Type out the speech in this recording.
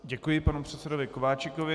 Děkuji panu předsedovi Kováčikovi.